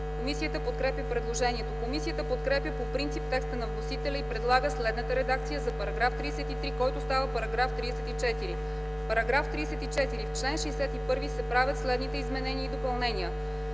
Комисията подкрепя предложението. Комисията подкрепя по принцип текста на вносителя и предлага следната редакция за § 33, който става § 34: „§ 34. В чл. 61 се правят следните изменения и допълнения: